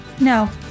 no